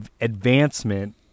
advancement